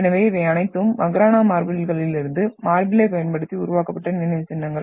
எனவே இவை அனைத்தும் மக்ரானா மார்பில்களிலிருந்து மார்பிலை பயன்படுத்தி உருவாக்கப்பட்ட நினைவுச்சின்னங்கள்